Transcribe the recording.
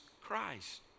Christ